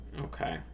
Okay